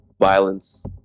violence